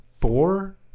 four